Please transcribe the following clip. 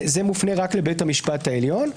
זה מופנה רק לבית המפשט העליון.